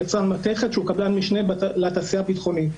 יצרן מתכת שהוא קבלן משנה לתעשייה הביטחונית.